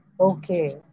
okay